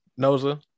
Noza